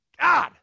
God